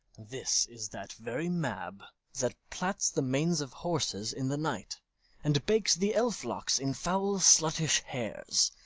this is that very mab that plats the manes of horses in the night and bakes the elf-locks in foul sluttish hairs,